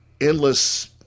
endless